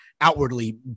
outwardly